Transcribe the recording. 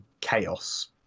chaos